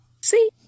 See